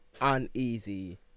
uneasy